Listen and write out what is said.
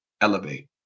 elevate